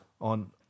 on